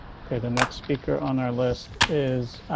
ok, the next speaker on our list is